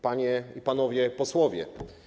Panie i Panowie Posłowie!